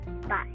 Bye